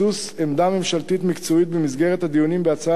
עמדה ממשלתית מקצועית במסגרת הדיונים בהצעת